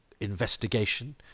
investigation